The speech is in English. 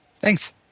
Thanks